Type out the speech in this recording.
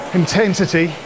intensity